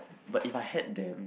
but if I had them